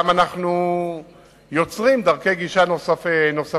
אנחנו גם יוצרים דרכי גישה נוספות